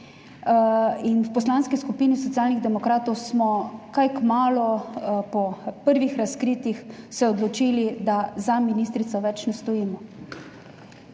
V Poslanski skupini Socialnih demokratov smo kaj kmalu po prvih razkritjih se odločili, da za ministrico več ne stojimo.